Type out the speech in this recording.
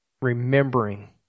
remembering